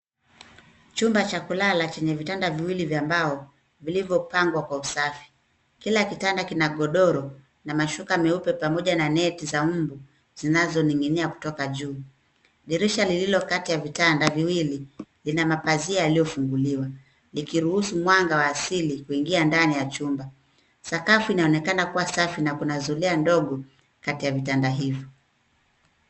Chumba cha kulala chenye vitanda viwili vya mbao vilivyopangwa kwa usafi. Kila kitanda kina godoro na mashuka meupe pamoja na neti za mbu zinazoning'inia kutoka juu. Dirisha lililo kati ya vitanda viwili ina mapazia yaliyofunguliwa likiruhusu mwanga wa asili kuingia ndani ya chumba. Sakafu inaonekana kuwa safi na kuna zulia ndogo kati ya vitanda hivyo.